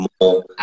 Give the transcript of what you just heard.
more